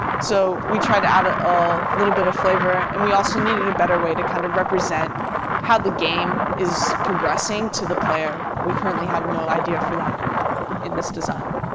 so we to add ah a little bit of flavor. and we also needed a better way to kind of represent how the game is progressing to the player. we currently had no idea for that in this design.